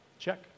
check